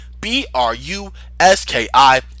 B-R-U-S-K-I